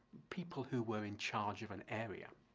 people who were in charge of an area.